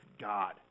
God